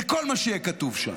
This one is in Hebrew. זה כל מה שיהיה כתוב שם.